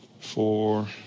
four